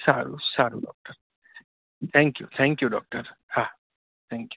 સારું સારું doctor thank you thank you doctor હા થેન્ક યુ